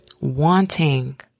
wanting